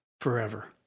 forever